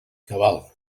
cabal